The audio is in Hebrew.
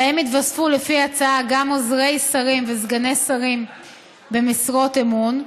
ועליהם יתווספו לפי ההצעה גם עוזרי שרים וסגני שרים במשרת אמון,